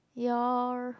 ya